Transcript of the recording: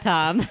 Tom